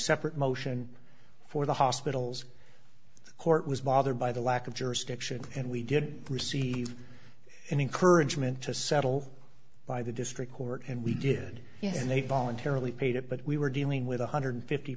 separate motion for the hospitals the court was bothered by the lack of jurisdiction and we did receive encouragement to settle by the district court and we did and they voluntarily paid it but we were dealing with one hundred fifty